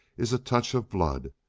is a touch of blood.